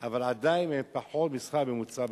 אבל הן עדיין פחות מהשכר הממוצע במשק.